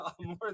More